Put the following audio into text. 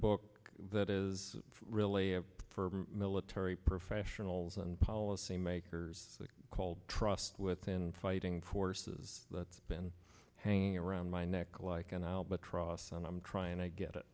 book that is really a military professionals and policymakers called trust within fighting forces that's been hanging around my neck like an albatross and i'm trying to get it